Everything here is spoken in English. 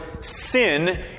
sin